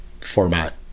format